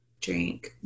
Drink